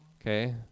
okay